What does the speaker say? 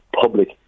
public